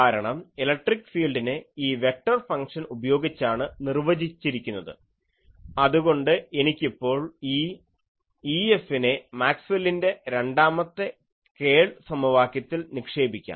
കാരണം ഇലക്ട്രിക് ഫീൽഡിനെ ഈ വെക്ടർ ഫംഗ്ഷൻ ഉപയോഗിച്ചാണ് നിർവചിച്ചിരിക്കുന്നത് അതുകൊണ്ട് എനിക്കിപ്പോൾ ഈ EFനെ മാക്സ്വെല്ലിൻ്റെ രണ്ടാമത്തെ കേൾ സമവാക്യത്തിൽ നിക്ഷേപിക്കാം